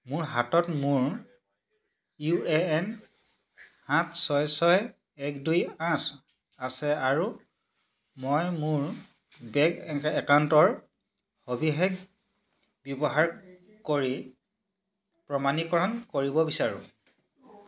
মোৰ হাতত মোৰ ইউ এ এন সাত ছয় ছয় এক দুই আঠ আছে আৰু মই মোৰ বেংক একাউণ্টৰ সবিশেষ ব্যৱহাৰ কৰি প্ৰমাণীকৰণ কৰিব বিচাৰোঁ